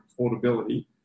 affordability